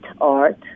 art